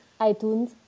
iTunes